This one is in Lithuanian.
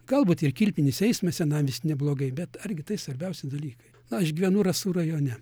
galbūt ir kilpinis eismas senamiesty neblogai bet argi tai svarbiausi dalykai aš gyvenu rasų rajone